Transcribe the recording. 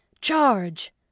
CHARGE